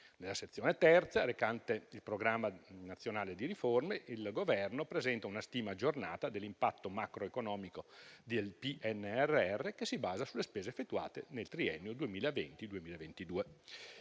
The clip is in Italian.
Nella III Sezione, recante il Programma nazionale di riforma, il Governo presenta una stima aggiornata dell'impatto macroeconomico del PNRR che si basa sulle spese effettuate nel triennio 2020-2022.